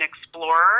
explorer